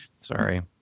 sorry